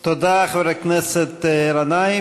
תודה, חבר הכנסת גנאים.